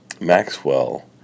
Maxwell